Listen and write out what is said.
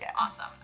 Awesome